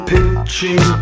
Pitching